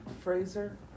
Fraser